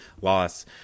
loss